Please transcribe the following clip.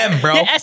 bro